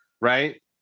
right